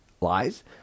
lies